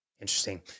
Interesting